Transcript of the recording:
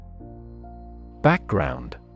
Background